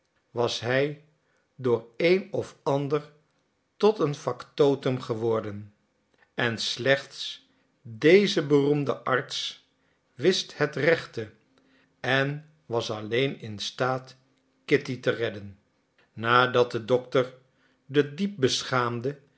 was hij door een of ander tot een factotum geworden en slechts deze beroemde arts wist het rechte en was alleen in staat kitty te redden nadat de dokter de diep beschaamde